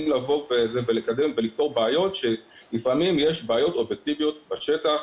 לבוא ולקדם ולפתור בעיות שלפעמים יש בעיות אובייקטיביות בשטח